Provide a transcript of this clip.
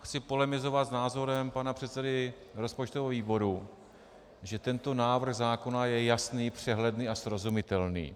Chci polemizovat s názorem pana předsedy rozpočtového výboru, že tento návrh zákona je jasný, přehledný a srozumitelný.